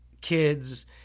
kids